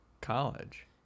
college